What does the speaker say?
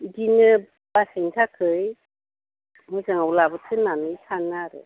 बिदिनो बासायनो थाखाय मोजाङाव लाबोसै होन्नानै सानो आरो